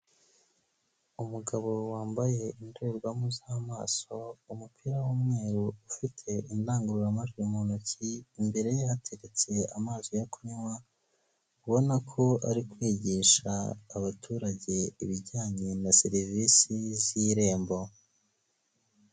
Umugabo wambaye indorerwamo z'amaso, umupira w'umweru, ufite indangururamajwi mu ntoki, imbere ye hateretse amazi yo kunywa, ubona ko ari kwigisha abaturage ibijyanye na serivisi z' irembo.